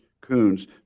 Coons